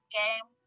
game